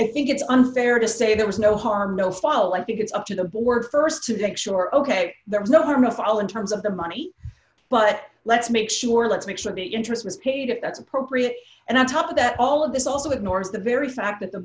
i think it's unfair to say there was no harm no foul i think it's up to the board st to think sure ok there is no harm no foul in terms of the money but let's make sure let's make sure the interest was paid that's appropriate and on top of that all of this also ignores the very fact that the